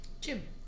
Jim